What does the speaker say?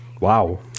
Wow